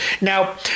Now